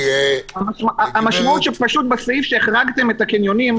המשמעות בסעיף שהחרגתם את הקניונים,